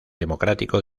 democrático